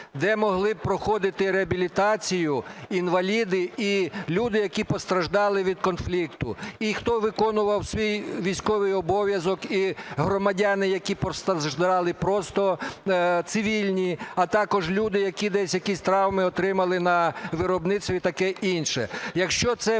де могли б проходити реабілітацію інваліди і люди, які постраждали від конфлікту, і хто виконував свій військовий обов'язок і громадяни, які постраждали, просто цивільні, а також люди, які десь якісь травми отримали на виробництві і таке інше.